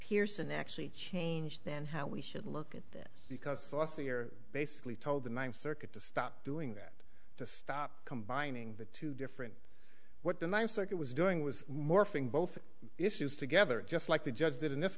pearson actually change then how we should look at this because last year basically told the ninth circuit to stop doing that to stop combining the two different what the ninth circuit was doing was morphing both issues together just like the judge did in this